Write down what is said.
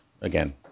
again